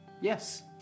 yes